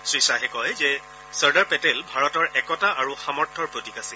শ্ৰীশ্বাহে কয় যে চৰ্দাৰ পেটেল ভাৰতৰ একতা আৰু সামৰ্থ্যৰ প্ৰতীক আছিল